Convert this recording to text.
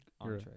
entree